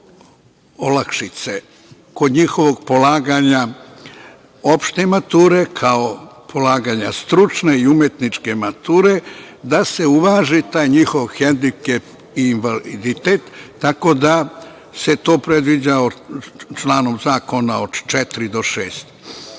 kod njihovog polaganja opšte mature, kao polaganja stručne i umetničke mature, da se uvaži taj njihov hendikep i invaliditet. Tako da, to se predviđa članovima zakona od 4. do